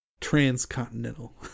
transcontinental